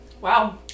Wow